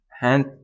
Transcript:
hand